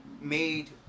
Made